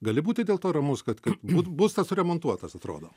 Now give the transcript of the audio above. gali būti dėl to ramus kad kad bū būstas suremontuotas atrodo